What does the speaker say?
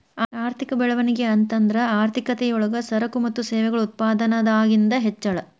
ಆರ್ಥಿಕ ಬೆಳವಣಿಗೆ ಅಂತಂದ್ರ ಆರ್ಥಿಕತೆ ಯೊಳಗ ಸರಕು ಮತ್ತ ಸೇವೆಗಳ ಉತ್ಪಾದನದಾಗಿಂದ್ ಹೆಚ್ಚಳ